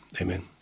Amen